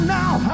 now